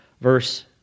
verse